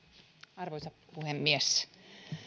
arvoisa puhemies